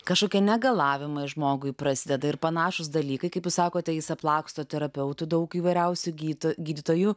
kažkokie negalavimai žmogui prasideda ir panašūs dalykai kaip sakote jis aplaksto terapeutu daug įvairiausių įgytų gydytojų